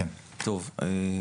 בבקשה.